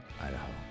Idaho